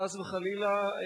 חס וחלילה,